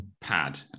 pad